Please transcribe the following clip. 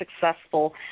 successful